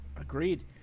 Agreed